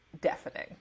Deafening